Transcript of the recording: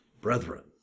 brethren